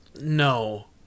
no